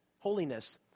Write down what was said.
holiness